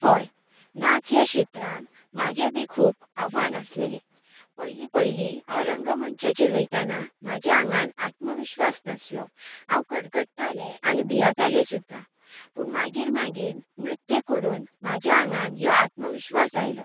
हय नाच ह्या क्षेत्रांत म्हाजें बी खूब आव्हान आसलेलें पयलीं पयलीं हांव रंग मंचाचेर वतना म्हज्या आंगान आत्मविश्वास नासलो हांव कडकडटालें आनी भियातालें सुद्दां पूण मागीर मागीर नृत्य करून म्हज्या आंगान हो आत्मविश्वास आयलो